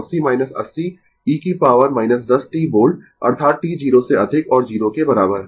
तो यह है VCt 180 80 e की पॉवर 10 t वोल्ट अर्थात t 0 से अधिक और 0 के बराबर